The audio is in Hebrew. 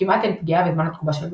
כמעט אין פגיעה בזמן התגובה של המערכות.